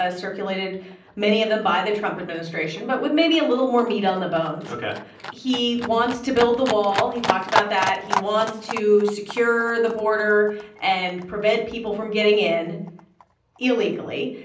ah circulated many of them by the trump administration but with maybe a little more meat on the bones ok he wants to build the wall. he talked about that. he wants to secure the border and prevent people from getting in illegally.